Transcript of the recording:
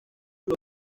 los